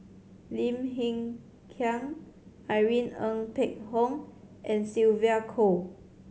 Lim Hng Kiang Irene Ng Phek Hoong and Sylvia Kho